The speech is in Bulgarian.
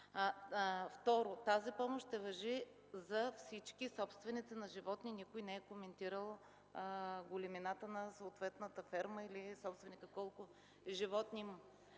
Тази помощ ще важи за всички собственици на животни. Никой не е коментирал големината на съответната ферма или колко животни има